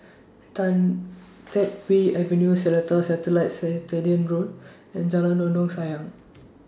Tan Teck Whye Avenue Seletar Satellite Road and Jalan Dondang Sayang